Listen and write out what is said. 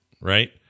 right